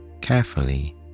Carefully